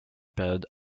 période